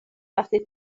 وقتی